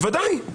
ודאי.